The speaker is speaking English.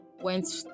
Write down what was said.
went